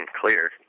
clear